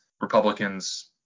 Republicans